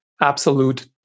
absolute